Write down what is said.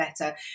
better